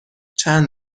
چند